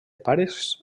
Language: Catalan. pares